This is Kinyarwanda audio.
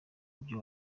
byo